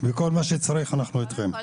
בכל מה שצריך אנחנו אתכם.